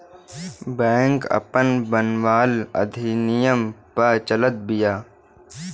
bank आपन बनावल अधिनियम पअ चलत बिया